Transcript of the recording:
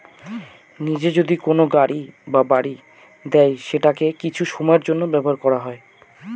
নিজে যদি কোনো গাড়ি বা বাড়ি দেয় সেটাকে কিছু সময়ের জন্য ব্যবহার করা হয়